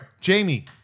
Jamie